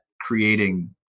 creating